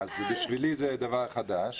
בשבילי זה דבר חדש.